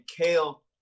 Kale